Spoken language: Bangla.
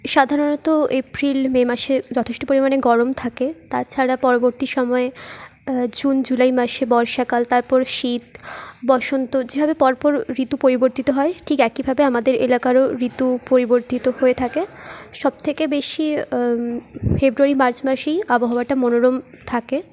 সাধারণত এপ্রিল মে মাসে যথেষ্ট পরিমাণে গরম থাকে তাছাড়া পরবর্তী সময়ে জুন জুলাই মাসে বর্ষাকাল তারপর শীত বসন্ত যেভাবে পর পর ঋতু পরিবর্তিত হয় ঠিক একইভাবে আমাদের এলাকারও ঋতু পরিবর্তিত হয়ে থাকে সবথেকে বেশি ফেব্রুয়ারি মার্চ মাসেই আবহাওয়াটা মনোরম থাকে